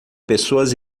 pessoas